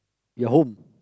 your home